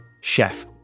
chef